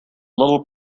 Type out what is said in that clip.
little